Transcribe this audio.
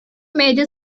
major